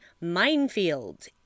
Minefield